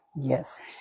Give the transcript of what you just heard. Yes